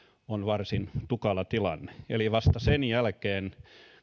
on varsin tukala tilanne eli vasta sen jälkeen